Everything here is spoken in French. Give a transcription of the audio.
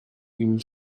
une